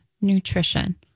Nutrition